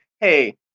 hey